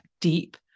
deep